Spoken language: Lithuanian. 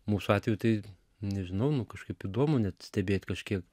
mūsų atveju tai nežinau nu kažkaip įdomu net stebėt kažkiek